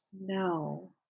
No